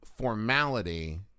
formality